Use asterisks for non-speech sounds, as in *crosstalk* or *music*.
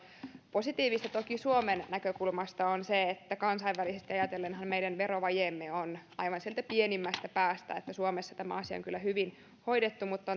positiivista toki suomen näkökulmasta on se että kansainvälisesti ajatellenhan meidän verovajeemme on aivan sieltä pienimmästä päästä eli suomessa tämä asia on kyllä hyvin hoidettu mutta *unintelligible*